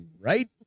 right